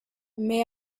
may